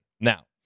Now